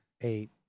eight